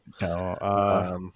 No